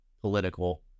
political